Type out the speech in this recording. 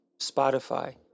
Spotify